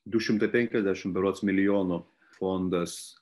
du šimtai penkiasdešimt berods milijonų fondas